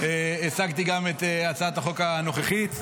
הצגתי גם את הצעת החוק הנוכחית.